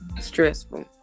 stressful